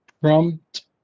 prompt